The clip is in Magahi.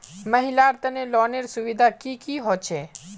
महिलार तने लोनेर सुविधा की की होचे?